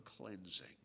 cleansing